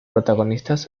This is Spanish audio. protagonistas